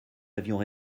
avions